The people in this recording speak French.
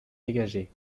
dégagées